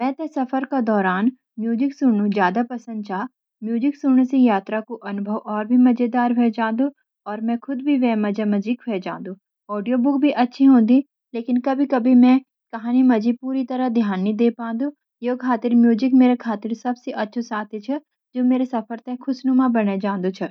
मेते सफ़र का दोरां म्युजिक सुन नू ज़्यादा पसंद छ। म्युजिक सुन सी यात्रा कू अनुभव और भी मजेदार हम जांदू और मैं खुद भी वि मजा मजी ख्वे जांदो। ऑडियो बुक भी अच्छी होंदी लेकिन कभी-कभी मैं कहानी माजी पूरी तरह सी ध्यान नी दे पांदु। य खातिर म्युजिक मेरा खातिर सब सी अच्छु साथी छ जू मेरा सफर ते खुसनुमा बने जांदू छ।